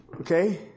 Okay